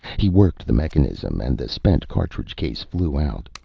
he worked the mechanism and the spent cartridge case flew out.